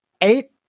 eight